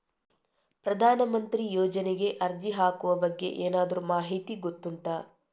ಪ್ರಧಾನ ಮಂತ್ರಿ ಯೋಜನೆಗೆ ಅರ್ಜಿ ಹಾಕುವ ಬಗ್ಗೆ ಏನಾದರೂ ಮಾಹಿತಿ ಗೊತ್ತುಂಟ?